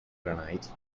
granite